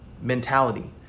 mentality